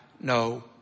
no